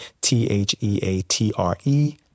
T-H-E-A-T-R-E